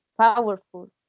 powerful